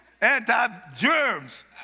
Anti-germs